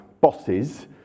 bosses